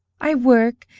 i work.